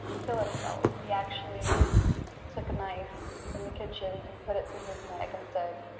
kill himself. he actually took a knife in the kitchen and put it to his neck and said,